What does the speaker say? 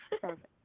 Perfect